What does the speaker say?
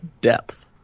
depth